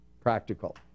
practical